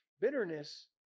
bitterness